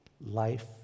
life